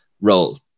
role